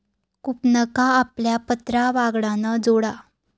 कूपनका आपल्या पत्रावांगडान जोडा